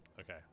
Okay